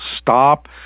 stop